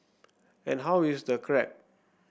and how is the crab